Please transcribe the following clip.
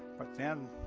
but then,